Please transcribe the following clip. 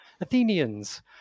athenians